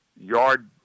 yard